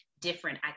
different